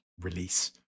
release